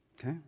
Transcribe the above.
Okay